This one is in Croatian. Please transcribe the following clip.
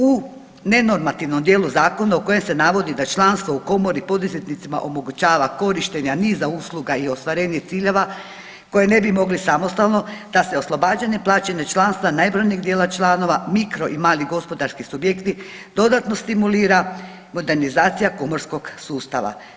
U nenormativnom dijelu zakona u kojem se navodi da članstvo u komori poduzetnicima omogućava korištenje niza usluga i ostvarenje ciljeva, koje ne bi mogli samostalno, da se oslobađanje plaćanje članstva najbrojnijeg dijela članova, mikro i mali gospodarski subjekti, dodatno stimulira modernizacija komorskog sustava.